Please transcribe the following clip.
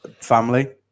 family